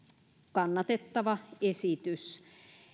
kannatettava esitys